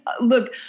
look